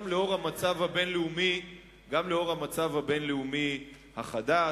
גם לאור המצב הבין-לאומי החדש,